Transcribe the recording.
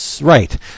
right